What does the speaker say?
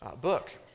book